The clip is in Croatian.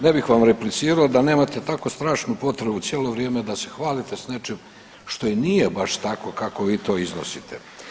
Ne bih vam replicirao da nemate tako strašnu potrebu cijelo vrijeme da se hvalite s nečim što i nije baš tako kako vi to iznosite.